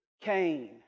Cain